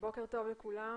בוקר טוב לכולם.